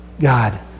God